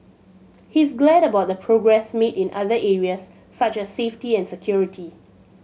he's glad about the progress made in other areas such as safety and security